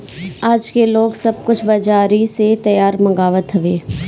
आजके लोग सब कुछ बजारी से तैयार मंगवात हवे